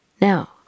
Now